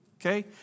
okay